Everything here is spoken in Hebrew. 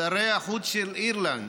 שרי החוץ של אירלנד,